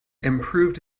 improved